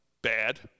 bad